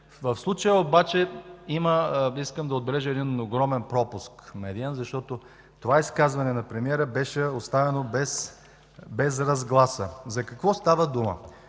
В случая обаче искам да отбележа един огромен медиен пропуск, защото това изказване на премиера беше оставено без разгласа. За какво става дума?